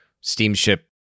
steamship